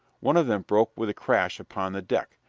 one of them broke with crash upon the deck.